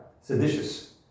seditious